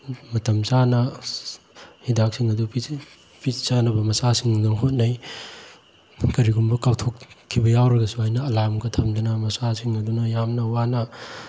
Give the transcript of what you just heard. ꯃꯇꯝ ꯆꯥꯅ ꯍꯤꯗꯥꯛꯁꯤꯡ ꯑꯗꯨ ꯄꯤꯖꯅꯕ ꯃꯆꯥꯁꯤꯡꯗꯨꯅ ꯍꯣꯠꯅꯩ ꯀꯔꯤꯒꯨꯝꯕ ꯀꯥꯎꯊꯣꯛꯈꯤꯕ ꯌꯥꯎꯔꯒꯁꯨ ꯍꯥꯏꯅ ꯑꯂꯥꯝꯒ ꯊꯝꯗꯅ ꯃꯆꯥꯁꯤꯡ ꯑꯗꯨꯅ ꯌꯥꯝꯅ ꯋꯥꯅ